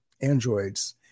androids